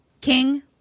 King